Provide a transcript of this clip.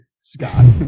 Scott